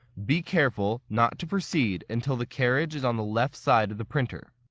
be careful not to proceed until the carriage is on the left side of the printer.